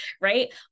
right